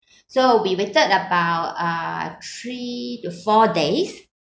so we waited about uh three to four days